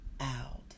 out